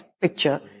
picture